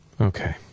Okay